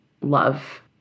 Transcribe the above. love